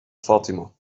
fatima